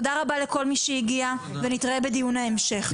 תודה רבה לכל מי שהגיע ונתראה בדיון ההמשך.